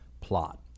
plot